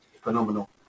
phenomenal